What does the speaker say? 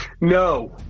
No